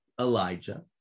Elijah